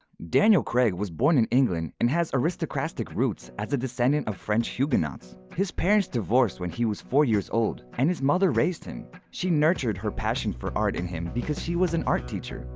daniel craig was born in england and has aristocratic roots as a descendant of the french huguenots. his parents divorced when he was four years old and his mother raised him. she nurtured her passion for art in him because she was an art teacher.